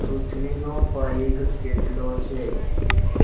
પૃથ્વીનો પરિઘ કેટલો છે